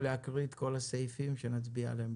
להקריא את כל הסעיפים שנצביע עליהם,